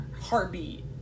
Heartbeat